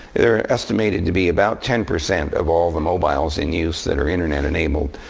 there are estimated to be about ten percent of all the mobiles in use that are internet enabled.